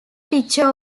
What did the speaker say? picture